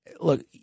look